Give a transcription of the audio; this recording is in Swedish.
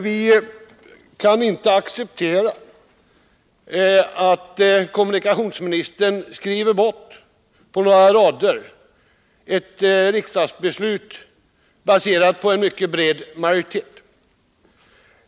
Vi kan inte acceptera att kommunikationsministern på några rader skriver bort ett riksdagsbeslut baserat på en mycket bred majoritet.